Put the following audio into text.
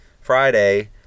Friday